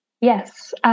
Yes